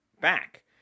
back